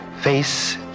face